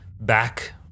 back